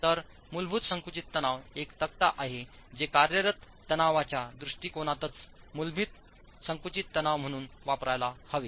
तर मूलभूत संकुचित तणाव एक तक्ता आहे जे कार्यरत तणावाच्या दृष्टीकोनातच मूलभूत संकुचित तणाव म्हणून वापरायला हवे